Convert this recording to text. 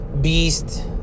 Beast